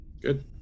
Good